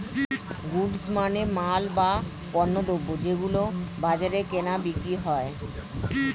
goods মানে মাল, বা পণ্যদ্রব যেগুলো বাজারে কেনা বিক্রি হয়